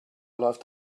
läuft